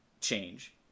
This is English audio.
change